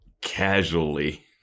casually